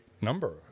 number